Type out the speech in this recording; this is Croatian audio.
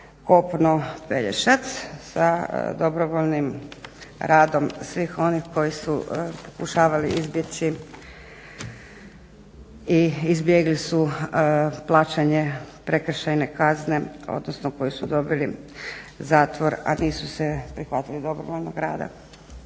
kopno-Pelješac sa dobrovoljnim radom svih onih koji su pokušavali izbjeći i izbjegli su plaćanje prekršajne kazne, odnosno koji su dobili zatvor, a nisu se prihvatili dobrovoljnog rada.